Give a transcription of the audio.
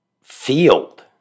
Field